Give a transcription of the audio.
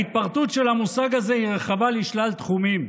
ההתפרטות של המושג הזה היא רחבה, לשלל תחומים,